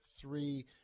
three